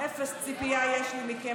אפס ציפייה יש לי מכם.